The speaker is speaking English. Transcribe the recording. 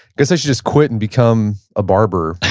guess i should just quit and become a barber